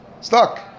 stuck